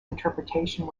interpretation